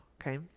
Okay